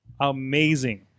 Amazing